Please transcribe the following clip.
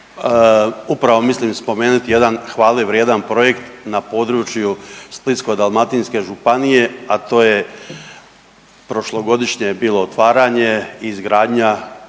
Upravo mislim spomenuti jedan hvale vrijedan projekt na području Splitsko-dalmatinske županije, a to je prošlogodišnje je bilo otvaranje i izgradnja